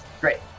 Great